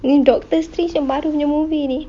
then doctor strange yang baru punya movie ni